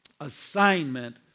assignment